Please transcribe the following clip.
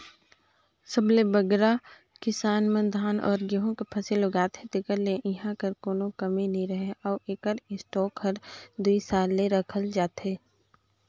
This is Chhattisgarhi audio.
सबले बगरा किसान मन धान अउ गहूँ कर फसिल उगाथें तेकर ले इहां एकर कोनो कमी नी रहें अउ एकर स्टॉक हर दुई साल ले रखाल रहथे